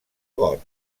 got